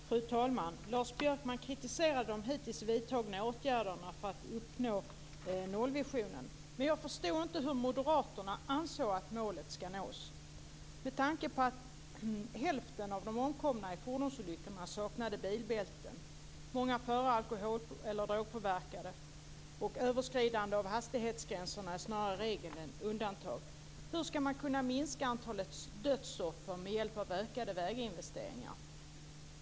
Fru talman! Lars Björkman kritiser de hittills vidtagna åtgärderna för att uppnå nollvisionen. Men jag förstår inte hur Moderaterna anser att målet ska nås med tanke på att hälften av de omkomna i fordonsolyckor saknade bilbälte. Många förare är drogpåverkade, och överskridande av hastighetsgränserna är snarare regel än undantag. Hur ska man kunna minska antalet dödsoffer med hjälp av ökade väginvesteringar?